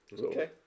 Okay